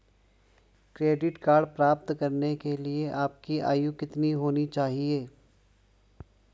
Credit card प्राप्त करने के लिए आपकी आयु कितनी होनी चाहिए?